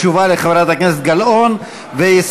חבר הכנסת לוי, נא